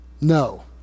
No